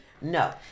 no